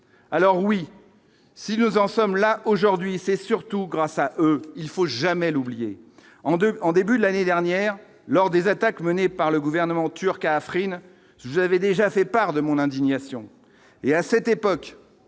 alors oui si nous en sommes là aujourd'hui, c'est surtout grâce à eux il faut jamais l'oublier en 2 en début de l'année dernière lors des attaques menées par le gouvernement turque à Afrine j'avais déjà fait part de mon indignation et à cette époque,